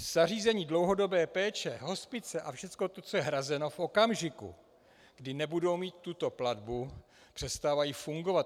Zařízení dlouhodobé péče, hospice a všechno to, co je hrazeno, v okamžiku, kdy nebudou mít tuto platbu, přestávají fungovat.